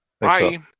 Bye